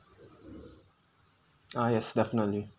ah yes definitely